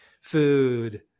food